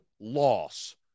loss